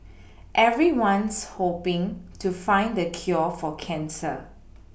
everyone's hoPing to find the cure for cancer